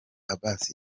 abbas